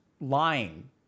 lying